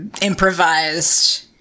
improvised